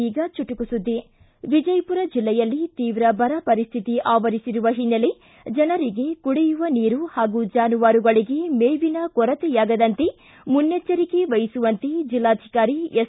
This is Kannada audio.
ಈಗ ಚುಟುಕು ಸುದ್ಗಿ ವಿಜಯಪುರ ಜಿಲ್ಲೆಯಲ್ಲಿ ತೀವ್ರ ಬರ ಪರಿಸ್ಟಿತಿ ಆವರಿಸಿರುವ ಹಿನ್ನೆಲೆ ಜನರಿಗೆ ಕುಡಿಯುವ ನೀರು ಹಾಗೂ ಜಾನುವಾರುಗಳಿಗೆ ಮೇವಿನ ಕೊರತೆಯಾಗದಂತೆ ಮುನ್ನೆಚ್ವರಿಕೆ ವಹಿಸುವಂತೆ ಜಿಲ್ಲಾಧಿಕಾರಿ ಎಸ್